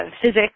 physics